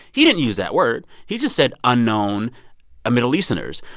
he didn't use that word. he just said unknown middle easterners.